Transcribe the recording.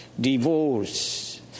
divorce